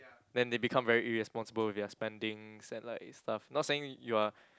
then they become very irresponsible with their spendings and like stuff not saying you are